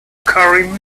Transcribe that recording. carrying